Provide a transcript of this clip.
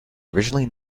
originally